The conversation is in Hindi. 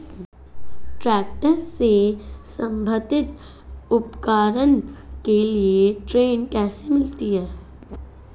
ट्रैक्टर से संबंधित उपकरण के लिए ऋण कैसे मिलता है?